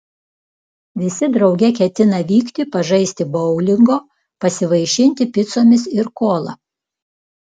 visi drauge ketina vykti pažaisti boulingo pasivaišinti picomis ir kola